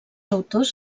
autors